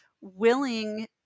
willing